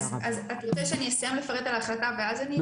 אתה רוצה שאסיים לפרט על ההחלטה ואז אתייחס?